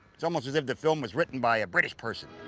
it's almost as if the film was written by a british person.